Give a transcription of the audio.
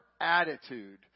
attitude